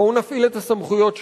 בואו נפעיל את הסמכויות שלו.